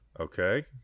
Okay